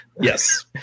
Yes